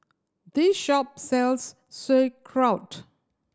this shop sells Sauerkraut